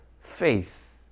faith